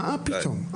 מה פתאום?